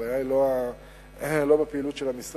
הבעיה היא לא בפעילות של המשרד.